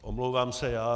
Omlouvám se já.